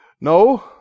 No